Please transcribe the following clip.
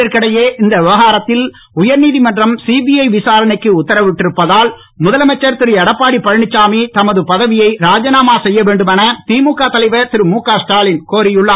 இதற்கிடையே இந்த விவகாரத்தில் உயர் நீதிமன்றம் சிபிஐ விசாரணைக்கு உத்தரவிட்டிருப்பதால் முதலமைச்சர் திருஎடப்பாடியழனிச்சாமி தனது பதவியை ராஜிநாமா செய்யவேண்டுமென திமுக தலைவர் திருழுகஸ்டாலின் கோரியுள்ளார்